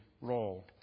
role